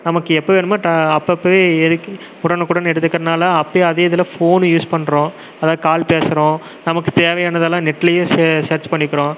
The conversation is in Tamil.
நமக்கு எப்போ வேணுமோ அப்போ போய் எதுக்கு உடனுக்குடன் எடுத்துக்குறதினால் அப்பவே அதே இதில் ஃபோனு யூஸ் பண்ணுறோம் அதாவது கால் பேசுகிறோம் நமக்கு தேவையானதெல்லாம் நெட்லேயே சர்ச் பண்ணிக்கிறோம்